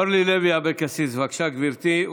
אורלי לוי אבקסיס, בבקשה, גברתי.